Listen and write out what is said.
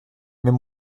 mais